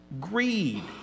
greed